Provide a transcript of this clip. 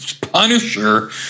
Punisher